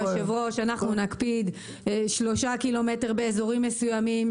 אנחנו נקפיד על שלושה קילומטרים באזורים מסוימים,